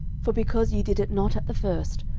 for because ye did it not at the first,